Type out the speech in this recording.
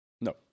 No